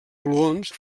gluons